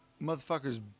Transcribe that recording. Motherfuckers